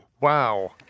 Wow